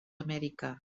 amèrica